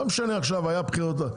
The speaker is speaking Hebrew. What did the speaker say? לא משנה עכשיו היה בחירות או לא,